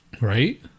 Right